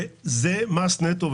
זה מס נטו.